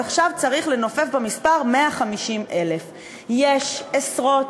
אז עכשיו צריך לנופף במספר 150,000. יש עשרות